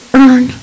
earn